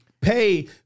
pay